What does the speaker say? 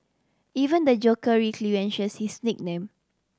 even the Joker relinquishes his nickname